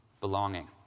belonging